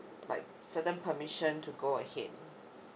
like certain permission to go ahead